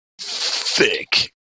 thick